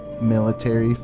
Military